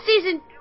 season